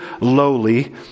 lowly